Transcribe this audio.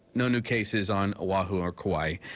no new cases on oahu or kauai.